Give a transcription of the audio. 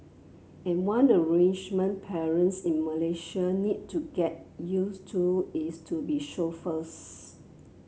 and one arrangement parents in Malaysia need to get used to is to be chauffeurs